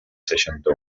seixanta